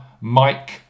Mike